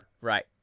Right